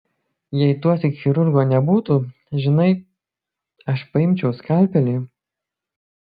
jei tuosyk chirurgo nebūtų žinai aš paimčiau skalpelį